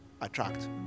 attract